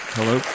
Hello